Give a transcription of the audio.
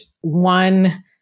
one